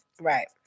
Right